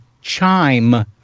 Chime